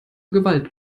gewalt